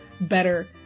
better